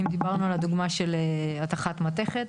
אם דיברנו על הדוגמה של התכת מתכת.